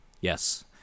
yes